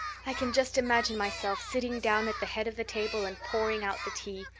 i can just imagine myself sitting down at the head of the table and pouring out the tea,